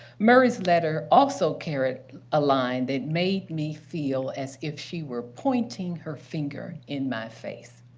murray's letter also carried a line that made me feel as if she were pointing her finger in my face.